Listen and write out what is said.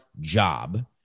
job